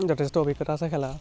যথেষ্ট অভিজ্ঞতা আছে খেলা